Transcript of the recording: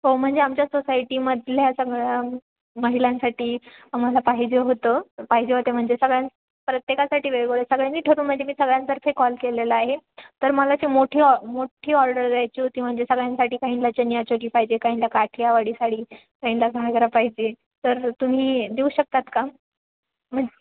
हो म्हणजे आमच्या सोसायटीमधल्या सगळ्या महिलांसाठी आम्हाला पाहिजे होतं पाहिजे होते म्हणजे सगळ्यां प्रत्येकासाठी वेगवेगळं सगळ्यांनी ठरवून म्हणजे मी सगळ्यांतर्फे कॉल केलेला आहे तर मला ती मोठी ऑ मोठ्ठी ऑर्डर द्यायची होती म्हणजे सगळ्यांसाठी काहींना चनिया चोली पाहिजे काहींना काठियावाडी साडी काहींना घागरा पाहिजे तर तुम्ही देऊ शकतात का म्हण